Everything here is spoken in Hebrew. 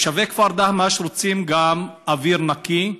תושבי כפר דהמש רוצים גם הם אוויר נקי,